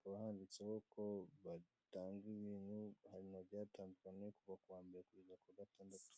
haba handitseho ko batanga ibintu ahantu hagiye handukanye, kuva kuwa mbere kugeza kuwa gatandatu.